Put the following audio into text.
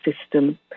system